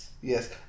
yes